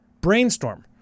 Brainstorm